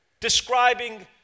describing